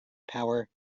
power